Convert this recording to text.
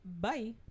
bye